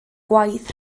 gwaith